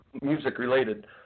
music-related